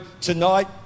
tonight